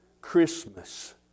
Christmas